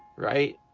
right!